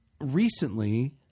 recently